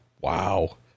wow